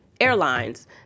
airlines